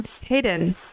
hayden